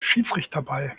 schiedsrichterball